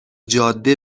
جاده